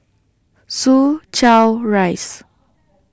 Soo Chow Rise